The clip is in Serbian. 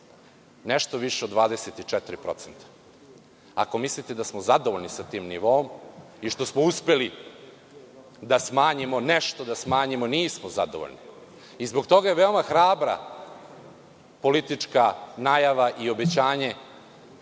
nešto više od 24%. Ako mislite da smo zadovoljni sa tim nivoom i što smo uspeli da smanjimo nešto, nismo zadovoljni i zbog toga je veoma hrabra politička najava i obećanje